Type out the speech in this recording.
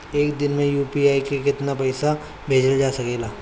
एक दिन में यू.पी.आई से केतना बार पइसा भेजल जा सकेला?